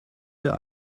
wir